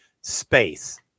space